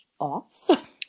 off